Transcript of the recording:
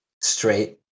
straight